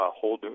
hold